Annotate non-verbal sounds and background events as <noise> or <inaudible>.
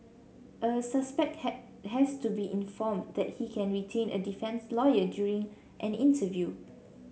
a suspect <unintelligible> has to be informed that he can retain a defence lawyer during an interview